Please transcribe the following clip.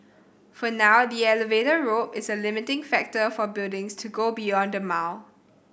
for now the elevator rope is a limiting factor for buildings to go beyond a mile